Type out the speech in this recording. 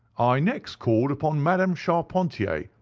i next called upon madame charpentier,